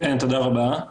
תודה רבה.